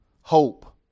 hope